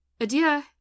Adieu